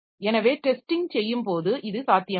எனவே டெஸ்டிங் செய்யும் போது இது சாத்தியமில்லை